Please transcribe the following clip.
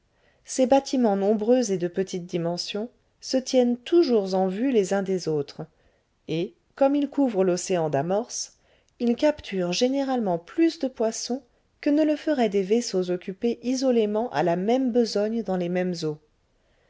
ces bâtiments nombreux et de petite dimension se tiennent toujours en vue les uns des autres et comme ils couvrent l'océan d'amorces ils capturent généralement plus de poissons que ne le feraient des vaisseaux occupés isolément à la même besogne dans les mêmes eaux